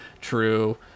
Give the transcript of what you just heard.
true